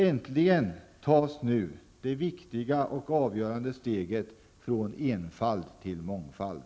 Äntligen tas nu det viktiga och avgörande steget från enfald till mångfald.